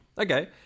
okay